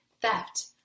theft